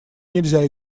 нельзя